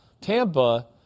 Tampa